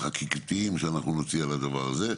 החקיקתיים שאנחנו נוציא על הדבר הזה.